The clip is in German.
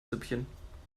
süppchen